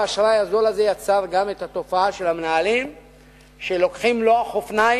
האשראי הזול הזה יצר גם את התופעה של המנהלים שלוקחים מלוא חופניים,